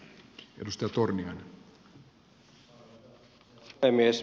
arvoisa herra puhemies